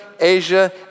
Asia